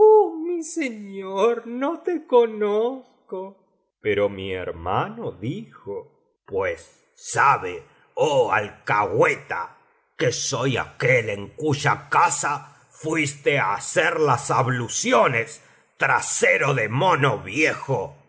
mi señor no te conozco pero mi hermano dijo pues sabe oh alcahueta que soy aquel en cuya casa fuiste á hacer las abluciones trasero de mono viejo